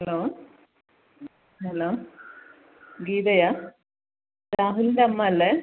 hello hello ഗീതയാണ് രാഹുലിൻ്റെ അമ്മ അല്ലേ